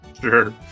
Sure